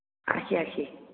আশী আশী